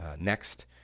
next